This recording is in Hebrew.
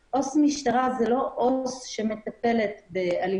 ולכן ראוי שנחזור ונדון